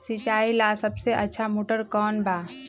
सिंचाई ला सबसे अच्छा मोटर कौन बा?